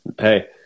Hey